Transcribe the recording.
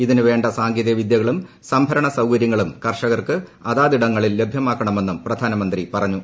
ഇതിന് വേണ്ട സാങ്കേതികവിദ്യകളും സംഭരണ സൌകര്യങ്ങളും കർഷകർക്ക് അതാതിടങ്ങളിൽ ലഭ്യമാക്കണമെന്നും പ്രധാനമന്ത്രി പറഞ്ഞു